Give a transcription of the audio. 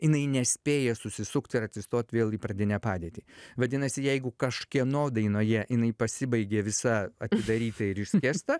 jinai nespėja susisukt ir atsistot vėl į pradinę padėtį vadinasi jeigu kažkieno dainoje jinai pasibaigė visa atidaryta ir išskėsta